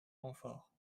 renforts